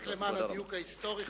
רק למען הדיוק ההיסטורי,